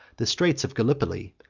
the straits of gallipoli,